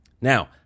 Now